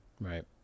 right